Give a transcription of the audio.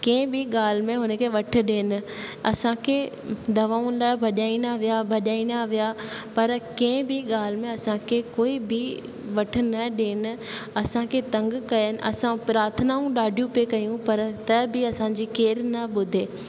कंहिं बि ॻाल्हि में उन खे वठ ॾियनि असांखे दवाउनि लाइ भॼाईंदा विया भॼाईंदा विया पर कंहिं बि ॻाल्हि में असांखे कोई भी वठ न ॾियनि असांखे तंग कनि असां प्राथनाऊं ॾाढियूं पई कयूं पर त बि असांजी केर न ॿुधे